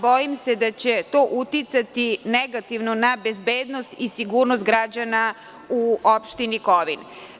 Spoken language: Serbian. Bojim se da će to uticati negativno na bezbednost i sigurnost građana u opštini Kovin.